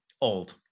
old